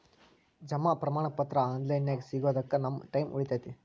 ಜಮಾ ಪ್ರಮಾಣ ಪತ್ರ ಆನ್ ಲೈನ್ ನ್ಯಾಗ ಸಿಗೊದಕ್ಕ ನಮ್ಮ ಟೈಮ್ ಉಳಿತೆತಿ